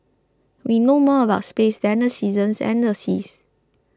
we know more about space than the seasons and the seas